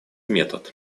метод